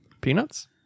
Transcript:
Peanuts